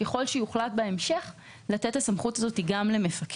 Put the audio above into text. ככל שיוחלט בהמשך לתת את הסמכות הזאת גם למפקח.